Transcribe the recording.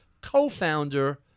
co-founder